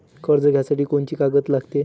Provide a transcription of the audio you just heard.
कर्ज घ्यासाठी कोनची कागद लागते?